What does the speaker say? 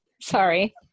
Sorry